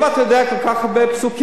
אם אתה יודע כל כך הרבה פסוקים,